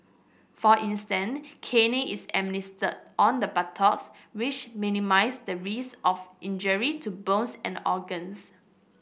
for instance caning is administered on the buttocks which minimises the risk of injury to bones and organs